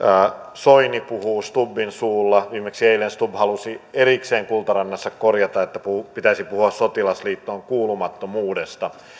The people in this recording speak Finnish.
soini puhuu stubbin suulla viimeksi eilen stubb halusi erikseen kultarannassa korjata että pitäisi puhua sotilasliittoon kuulumattomuudesta